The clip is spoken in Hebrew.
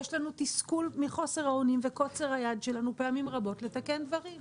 יש לנו תסכול מחוסר האונים וקוצר היד שלנו פעמים רבות לתקן דברים,